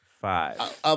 Five